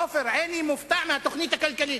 עופר עיני מופתע מהתוכנית הכלכלית: